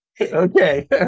Okay